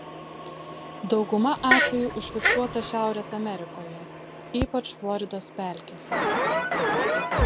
dauguma atvejų užfiksuota šiaurės amerikoje ypač floridos pelkėse